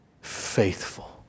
faithful